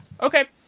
Okay